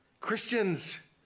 Christians